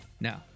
No